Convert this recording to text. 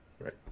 Right